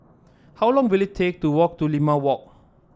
how long will it take to walk to Limau Walk